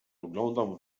oglądam